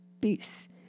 peace